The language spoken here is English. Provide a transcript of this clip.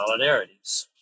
solidarities